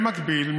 במקביל,